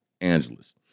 Angeles